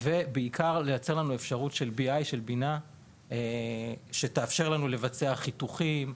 ובעיקר לייצר לנו אפשרות של BI של בינה שתאפשר לנו לבצע חיתוכים,